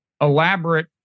elaborate